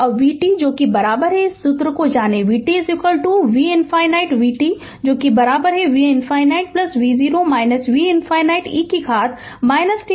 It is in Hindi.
अब vt इस सूत्र को जानें vt v ∞ vt v ∞ v0 v ∞ e कि घात tτ